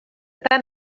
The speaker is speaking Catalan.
tant